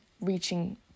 reaching